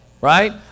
right